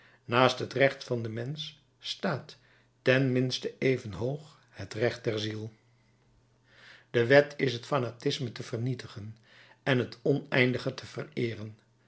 naast het recht van den mensch staat ten minste even hoog het recht der ziel de wet is het fanatisme te vernietigen en het oneindige te vereeren